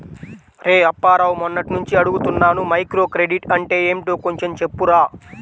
రేయ్ అప్పారావు, మొన్నట్నుంచి అడుగుతున్నాను మైక్రోక్రెడిట్ అంటే ఏంటో కొంచెం చెప్పురా